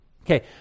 Okay